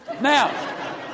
Now